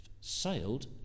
sailed